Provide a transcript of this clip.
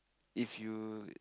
if you